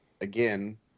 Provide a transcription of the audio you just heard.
again